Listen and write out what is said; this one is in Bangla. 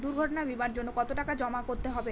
দুর্ঘটনা বিমার জন্য কত টাকা জমা করতে হবে?